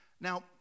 Now